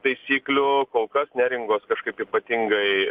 taisyklių kol kas neringos kažkaip ypatingai